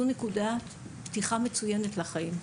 זו נקודת פתיחה מצוינת לחיים.